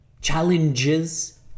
challenges